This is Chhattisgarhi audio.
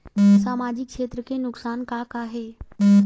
सामाजिक क्षेत्र के नुकसान का का हे?